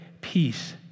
peace